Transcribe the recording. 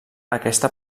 aquesta